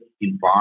environment